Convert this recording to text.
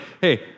hey